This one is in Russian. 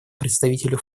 представителю